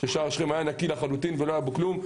שער שכם היה נקי לחלוטין ולא היה בו כלום.